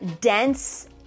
dense